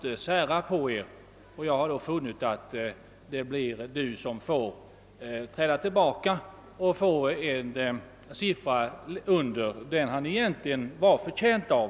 Eleven får därför en lägre siffra än han egentligen är förtjänt av.